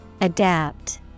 Adapt